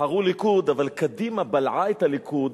בחרו ליכוד אבל קדימה בלעה את הליכוד